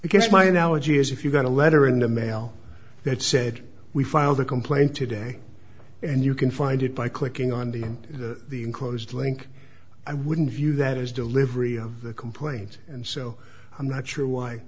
because my analogy is if you got a letter in the mail that said we filed a complaint today and you can find it by clicking on the in the enclosed link i wouldn't view that as delivery of the complaint and so i'm not sure why